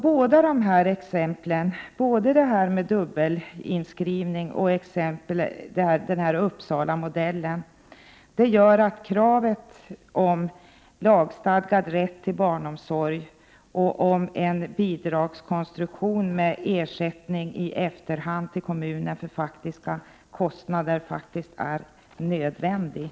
Både exemplet med dubbelinskrivning och Uppsalamodellen gör att kravet på lagstadgad rätt till barnomsorg och på en bidragskonstruktion med ersättning i efterhand till kommunerna för faktiska kostnader bör tillgodoses.